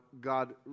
God